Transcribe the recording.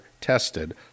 tested